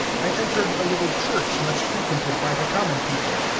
i entered a little church much frequented by the common people.